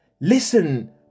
listen